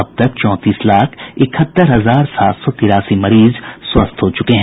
अब तक चौंतीस लाख इकहत्तर हजार सात सौ तिरासी मरीज स्वस्थ हो चुके हैं